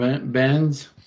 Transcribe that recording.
bands